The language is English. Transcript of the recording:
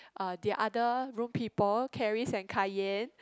the other room people Caries and Kai-Yen